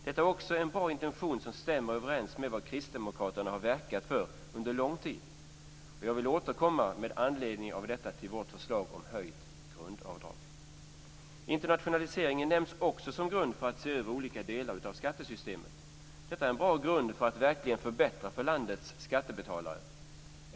Detta är en bra intention som stämmer överens med vad Kristdemokraterna har verkat för under lång tid. Jag vill med anledning av detta återkomma till vårt förslag om höjt grundavdrag. Internationaliseringen nämns också som grund för att se över olika delar av skattesystemet. Detta är en bra grund för att verkligen förbättra för landets skattebetalare.